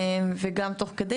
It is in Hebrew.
וגם תוך כדי,